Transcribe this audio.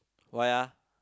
why ah